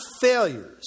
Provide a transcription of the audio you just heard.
failures